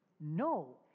No